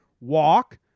walk